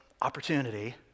opportunity